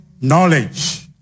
knowledge